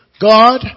God